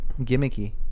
gimmicky